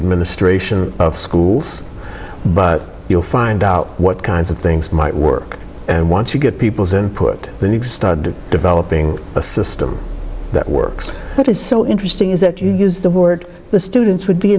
administration of schools but you'll find out what kinds of things might work and once you get people's and put the needs started developing a system that works but it's so interesting is that you use the word the students would be